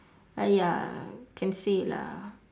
uh ya can say lah